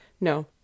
No